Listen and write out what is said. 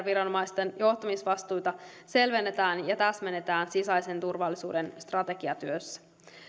viranomaisten johtamisvastuita selvennetään ja täsmennetään sisäisen turvallisuuden strategiatyössä